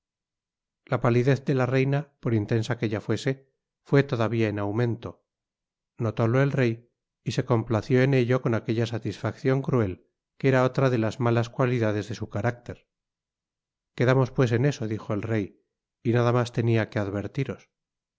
la palidez de la reina por intensa que ya fuese fué todavia en aumento notólo el rey y se complació en ello con aquella satisfaccion cruel que era otra de las malas cualidades de su carácter quedamos pues en eso dijo el rey y nada mas tenia que advertiros